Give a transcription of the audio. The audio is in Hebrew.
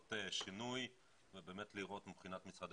פה שינוי ובאמת לראות מבחינת משרדי